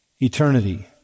eternity